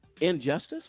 injustice